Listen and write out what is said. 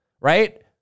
right